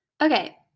Okay